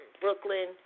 Brooklyn